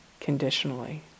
conditionally